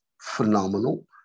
phenomenal